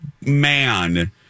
man